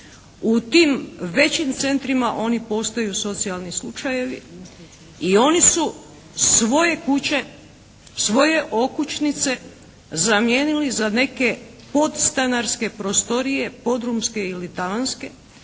U tim većim centrima oni postaju socijalni slučajevi i oni su svoje kuće, svoje okućnice zamijenili za neke podstanarske prostorije, podrumske ili tavanske